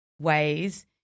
ways